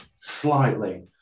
slightly